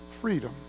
freedom